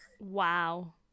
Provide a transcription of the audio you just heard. wow